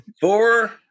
Four